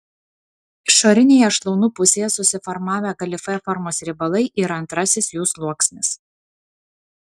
išorinėje šlaunų pusėje susiformavę galifė formos riebalai yra antrasis jų sluoksnis